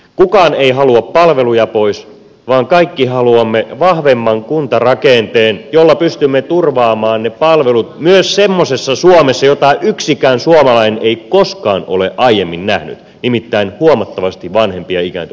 kukaan ei halua palveluja pois vaan me kaikki haluamme vahvemman kuntarakenteen jolla pystymme turvaamaan ne palvelut myös semmoisessa suomessa jota yksikään suomalainen ei koskaan ole aiemmin nähnyt nimittäin huomattavasti vanhemmassa ja ikääntyneemmässä suomessa